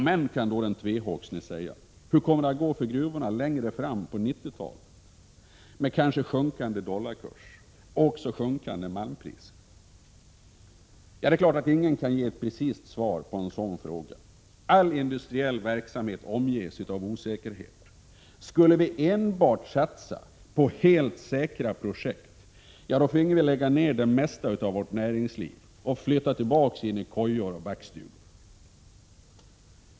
Men, säger då den tvehågsne, hur kommer det att gå för gruvorna längre fram in på 90-talet med kanske sjunkande dollarkurs och också sjunkande malmpriser? Ingen kan naturligtvis ge ett precist svar på den frågan. All industriell verksamhet omges av osäkerhet. Skulle vi enbart satsa på helt säkra projekt, finge vi lägga ned det mesta av vårt näringsliv och flytta tillbaka in i kojor och backstugor.